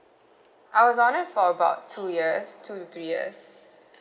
I was on it for about two years two to three years